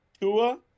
Tua